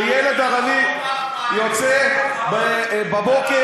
שילד ערבי יוצא בבוקר,